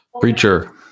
Preacher